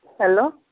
hello